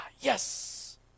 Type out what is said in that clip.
yes